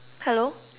hello